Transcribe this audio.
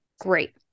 Great